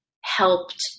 helped